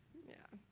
know,